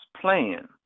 plan